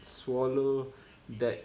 swallow that